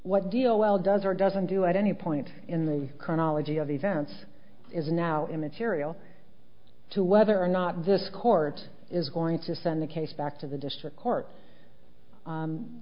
what deal well does or doesn't do at any point in the car knowledge of events is now immaterial to whether or not this court is going to send the case back to the district court